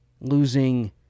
losing